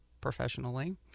professionally